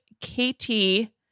Katie